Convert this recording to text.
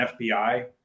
FBI